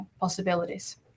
possibilities